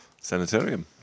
Sanitarium